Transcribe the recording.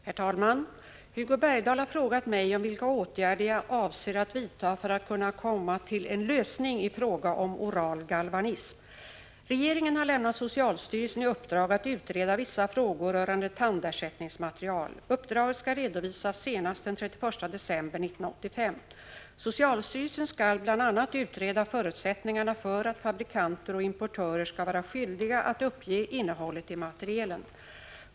Herr talman! Hugo Bergdahl har frågat mig om vilka åtgärder jag avser att vidtaga för att kunna komma till en lösning i fråga om oral galvanism. Regeringen har lämnat socialstyrelsen i uppdrag att utreda vissa frågor rörande tandersättningsmaterial. Uppdraget skall redovisas senast den 31 december 1985. Socialstyrelsen skall bl.a. utreda förutsättningarna för att fabrikanter och importörer skall vara skyldiga att uppge innehållet i materialen.